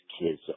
kids